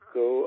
go